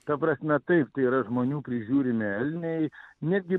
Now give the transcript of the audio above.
ta prasme taip tai yra žmonių prižiūrimi elniai netgi